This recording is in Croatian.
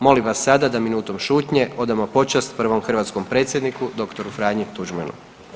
Molim vas sada da minutom šutnje odamo počast prvom hrvatskom predsjedniku dr. Franji Tuđmanu.